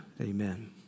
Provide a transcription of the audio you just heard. Amen